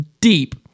deep